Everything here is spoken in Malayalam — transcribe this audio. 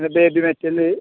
പിന്നെ ബേബി മെറ്റല്